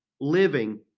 living